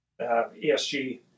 ESG